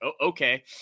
okay